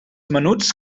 menuts